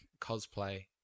cosplay